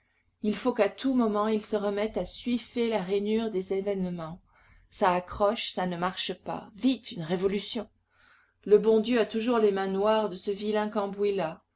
il faut qu'à tout moment il se remette à suifer la rainure des événements ça accroche ça ne marche pas vite une révolution le bon dieu a toujours les mains noires de ce vilain cambouis là